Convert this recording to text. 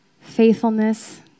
faithfulness